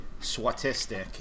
Swatistic